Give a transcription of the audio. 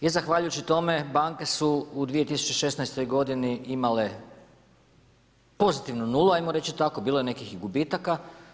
I zahvaljujući tome banke su u 2016. godini imale pozitivnu nulu hajmo reći tako, bilo je nekih i gubitaka.